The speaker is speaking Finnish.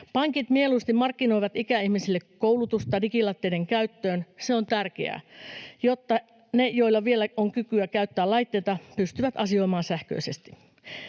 Pankit mieluusti markkinoivat ikäihmisille koulutusta digilaitteiden käyttöön. Se on tärkeää, jotta ne, joilla vielä on kykyä käyttää laitteita, pystyvät asioimaan sähköisesti.